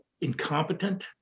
incompetent